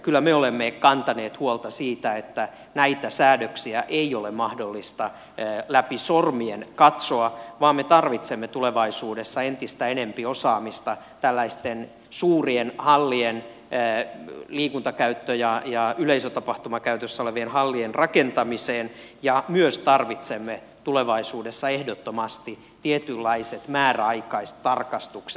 kyllä me olemme kantaneet huolta siitä että näitä säädöksiä ei ole mahdollista läpi sormien katsoa vaan me tarvitsemme tulevaisuudessa entistä enempi osaamista tällaisten suurien hallien liikuntakäyttö ja yleisötapahtumakäytössä olevien hallien rakentamiseen ja myös tarvitsemme tulevaisuudessa ehdottomasti tietynlaiset määräaikaistarkastukset